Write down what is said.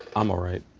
um all right,